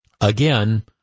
again